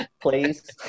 Please